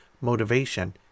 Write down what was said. motivation